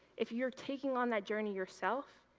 if you are taking on that journey yourself,